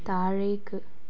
താഴേക്ക്